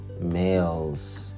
males